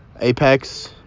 Apex